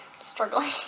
struggling